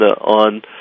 on